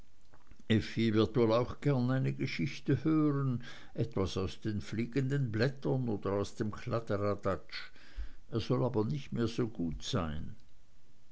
wird wohl auch gern eine geschichte hören etwas aus den fliegenden blättern oder aus dem kladderadatsch er soll aber nicht mehr so gut sein